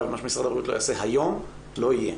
ומשרד הבריאות לא יעשה היום לא יהיה.